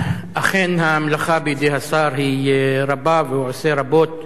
אכן, המלאכה בידי השר היא רבה והוא עושה רבות,